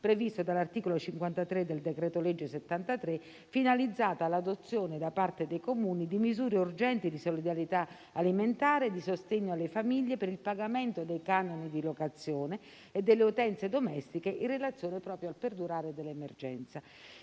previsto dall'articolo 53 del decreto-legge n. 73 del 2021, finalizzato all'adozione da parte dei Comuni di misure urgenti di solidarietà alimentare e di sostegno alle famiglie per il pagamento dei canoni di locazione e delle utenze domestiche in relazione proprio al perdurare dell'emergenza.